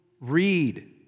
read